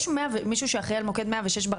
יש מישהו שאחראי על מוקד 106,